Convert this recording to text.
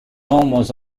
almost